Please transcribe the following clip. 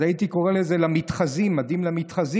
אז הייתי קורא לזה "למתחזים" "ממדים למתחזים",